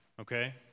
Okay